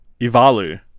Ivalu